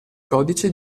codice